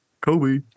Kobe